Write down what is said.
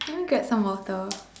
can you get some water